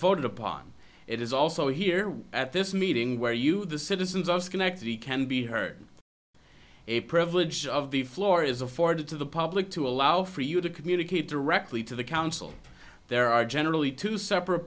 voted upon it is also here at this meeting where you the citizens of schenectady can be heard a privilege of the floor is afforded to the public to allow for you to communicate directly to the council there are generally two separate